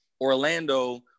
Orlando